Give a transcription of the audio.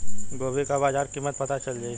गोभी का बाजार कीमत पता चल जाई?